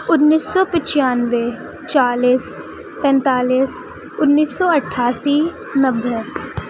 انیس سو پچانوے چالیس پینتالیس انیس سو اٹھاسی نبھے